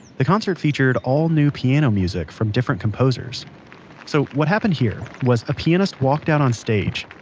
the concert featured all new piano music from different composers so, what happened here was a pianist walked out on stage,